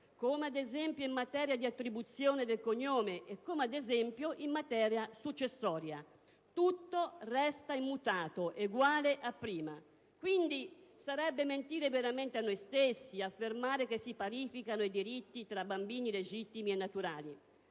come ad esempio in materia di attribuzione del cognome e in materia successoria. Resta tutto immutato, uguale a prima. Quindi, sarebbe mentire veramente a noi stessi affermare che si parificano i diritti tra bambini legittimi e naturali.